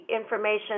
information